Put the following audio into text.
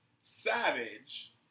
Savage